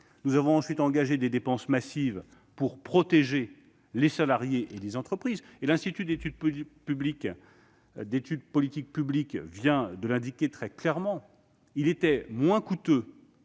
Nous avons ensuite fait le choix d'engager des dépenses massives pour protéger les salariés et des entreprises. L'Institut des politiques publiques vient de l'indiquer très clairement, il était moins coûteux